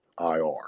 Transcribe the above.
IR